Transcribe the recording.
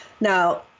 Now